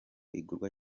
igurwa